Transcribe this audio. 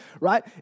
Right